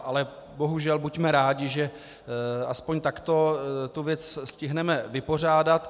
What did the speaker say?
Ale bohužel buďme rádi, že aspoň takto tu věc stihneme vypořádat.